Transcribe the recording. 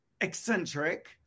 eccentric